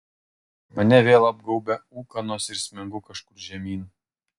mane vėl apgaubia ūkanos ir smengu kažkur žemyn